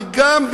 וגם,